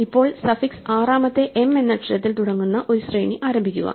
ഇപ്പോൾ സഫിക്സ് ആറാമത്തെ m എന്ന അക്ഷരത്തിൽ തുടങ്ങുന്ന ഒരു ശ്രേണി ആരംഭിക്കുക